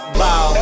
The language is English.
bow